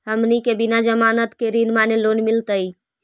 हमनी के बिना जमानत के ऋण माने लोन मिलतई?